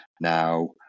now